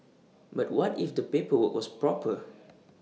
but what if the paperwork was proper